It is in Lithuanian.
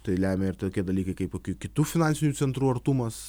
tai lemia ir tokie dalykai kaip kokių kitų finansinių centrų artumas